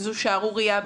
זו שערורייה בעינינו.